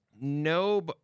no